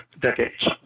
decades